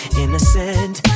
innocent